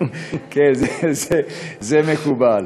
כן, זה מקובל.